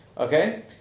Okay